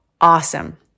Awesome